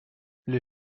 les